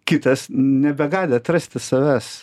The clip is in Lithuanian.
kitas nebegali atrasti savęs